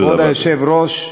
תודה רבה.